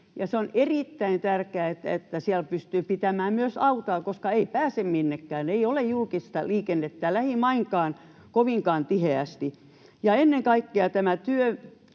se on erittäin tärkeää, että siellä pystyy pitämään myös autoa, koska muuten ei pääse minnekään, ei ole julkista liikennettä lähimainkaan kovinkaan tiheästi. Ennen kaikkea tämä